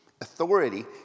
authority